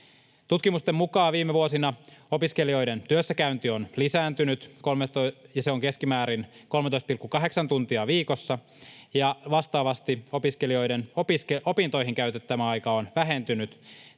Tutkimusten mukaan viime vuosina opiskelijoiden työssäkäynti on lisääntynyt, ja se on keskimäärin 13,8 tuntia viikossa. Vastaavasti opiskelijoiden opintoihin käyttämä aika on vähentynyt.